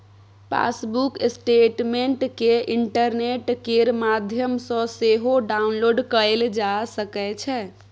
passbook statement केँ internet केर माध्यमसँ सेहो डाउनलोड कएल जा सकै छै